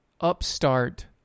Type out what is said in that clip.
upstart